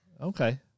Okay